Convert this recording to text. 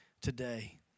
today